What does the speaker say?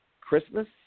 Christmas